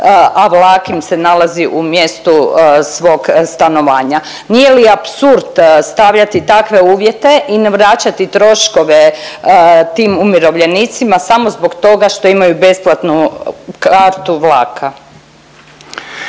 a vlak im se nalazi u mjestu svog stanovanja. Nije li apsurd stavljati takve uvjete i vraćati troškove tim umirovljenicima samo zbog toga što imaju besplatnu kartu vlaka.